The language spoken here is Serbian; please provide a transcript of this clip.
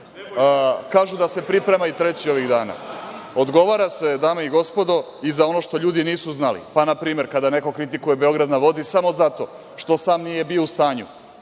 Kažu da se priprema i treći ovih dana. Odgovara se, dame i gospodo, i za ono što ljudi nisu znali. Pa na primer, kada neko kritikuje Beograd na vodi samo zato što sam nije bio u stanju,